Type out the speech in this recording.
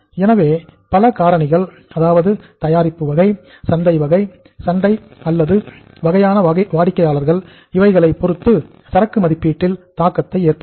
எனவே பல காரணிகள் அதாவது தயாரிப்பு வகை சந்தையின் வகை நிறுவனம் சேவை செய்யும் வாடிக்கையாளர்கள் ஒரு வகையான சண்டை அல்லது வகையான வாடிக்கையாளர்கள் இவைகளைப் பொறுத்தது சரக்கு மதிப்பீட்டில் தாக்கத்தை ஏற்படுத்தும்